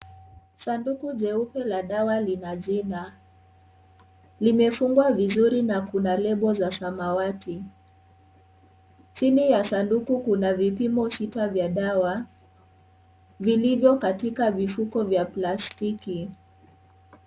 Sanduku jeupe la dawa lina jina, limefungwa vizuri na kuna label za samawati, chini ya sanduku kuna vipimo sita vya dawa vilivyo katika vifuko vya plastiki.